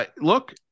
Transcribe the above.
Look